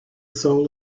soul